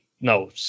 no